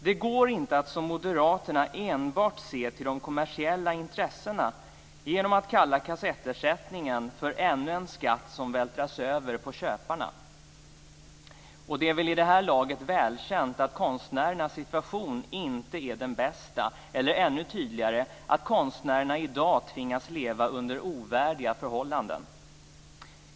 Det går inte att som moderaterna enbart se till de kommersiella intressena och kalla kassettersättningen ännu en skatt som vältras över på köparna. Det är väl vid det här laget välkänt att konstnärernas situation inte är den bästa - eller ännu tydligare uttryckt: att konstnärerna i dag tvingas leva under ovärdiga förhållanden.